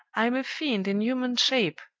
i'm a fiend in human shape!